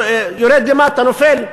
יורד למטה, נופל.